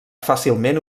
fàcilment